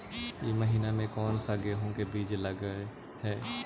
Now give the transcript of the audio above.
ईसके महीने मे कोन सा गेहूं के बीज लगे है?